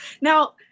Now